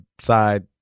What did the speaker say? side